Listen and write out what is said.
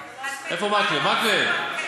מקלב,